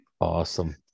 Awesome